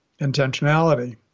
intentionality